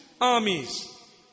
armies